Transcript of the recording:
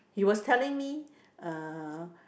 he was telling me uh